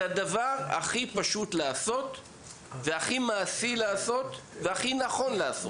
זה הדבר הכי פשוט לעשות והכי מעשי לעשות והכי נכון לעשות.